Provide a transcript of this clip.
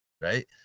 right